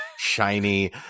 shiny